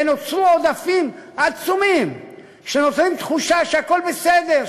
ונוצרו עודפים עצומים שנותנים תחושה שהכול בסדר,